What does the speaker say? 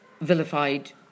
vilified